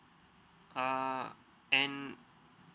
uh and